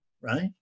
right